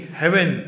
heaven